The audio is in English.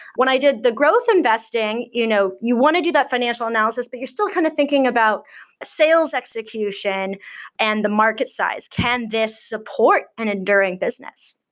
when i did the growth investing, you know you want to do that financial analysis, but you're still kind of thinking about sales execution and the market size. can this support an enduring business?